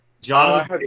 John